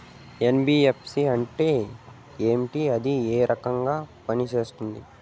NBFC అంటే ఏమి అది ఏ రకంగా పనిసేస్తుంది